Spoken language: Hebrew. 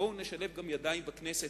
בואו נשלב גם ידיים בכנסת,